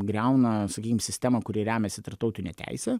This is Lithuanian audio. griauna sakykim sistemą kuri remiasi tarptautine teise